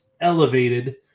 elevated